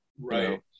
Right